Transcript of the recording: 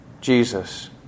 Jesus